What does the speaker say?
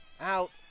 Out